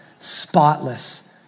spotless